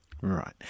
Right